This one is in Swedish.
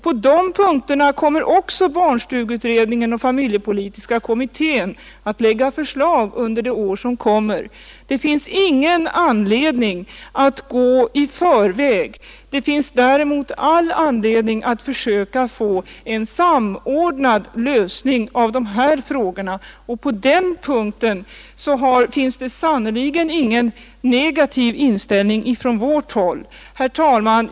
På de punkterna skall också barnstugeutredningen och familjepolitiska kommittén lägga fram förslag under det år som kommer. Det finns ingen anledning att gå dem i förväg. Det finns däremot all anledning att försöka få en samordnad lösning av dessa frågor, och i det avseendet har vi sannerligen ingen negativ inställning på vårt håll. Herr talman!